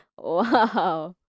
Wow